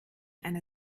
einer